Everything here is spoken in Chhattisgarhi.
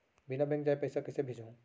बिना बैंक जाये पइसा कइसे भेजहूँ?